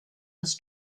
des